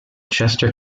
chester